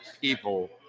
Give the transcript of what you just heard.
people